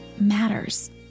matters